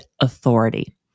authority